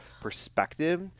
perspective